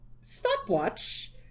stopwatch